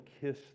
kiss